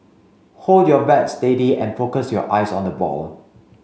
hold your bat steady and focus your eyes on the ball